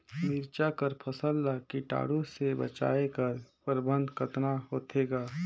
मिरचा कर फसल ला कीटाणु से बचाय कर प्रबंधन कतना होथे ग?